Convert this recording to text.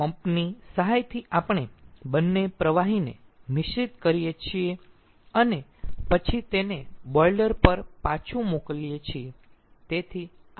તેથી પંપ ની સહાયથી આપણે બંને પ્રવાહીને મિશ્રિત કરીએ છીએ અને પછી તેને બોઈલર પર પાછુ મોકલીએ છીએ